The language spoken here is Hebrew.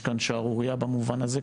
יש כאן שערורייה במובן הזה.